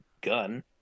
gun